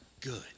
good